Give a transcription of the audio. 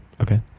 Okay